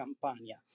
Campania